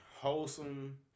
wholesome